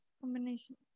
combination